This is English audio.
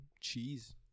Cheese